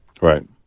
Right